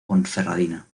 ponferradina